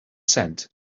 sent